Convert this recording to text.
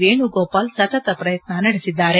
ವೇಣುಗೋಪಾಲ್ ಸತತ ಪ್ರಯತ್ತ ನಡೆಸಿದ್ದಾರೆ